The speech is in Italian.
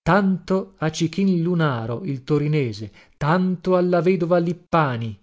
tanto a cichin lunaro il torinese tanto alla vedova lippani